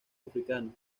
africanos